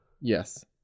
Yes